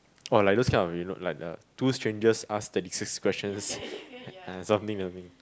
or like those kind of you know like the two strangers ask thirty six questions something something